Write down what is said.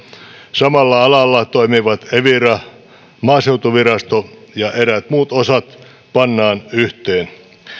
samalla alalla toimivat evira ja maaseutuvirasto ja eräät muut osat pannaan yhteen